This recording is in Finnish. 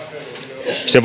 se